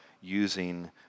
using